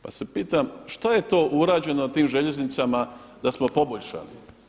Pa se pitam šta je tu urađeno na tim željeznicama da smo poboljšali?